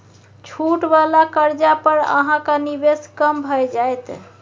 छूट वला कर्जा पर अहाँक निवेश कम भए जाएत